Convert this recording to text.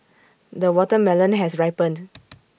the watermelon has ripened